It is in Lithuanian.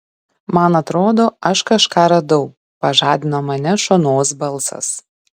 man atrodo aš kažką radau pažadino mane šonos balsas